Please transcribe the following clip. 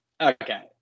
Okay